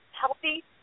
healthy